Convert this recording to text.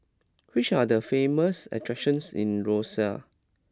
which are the famous attractions in Roseau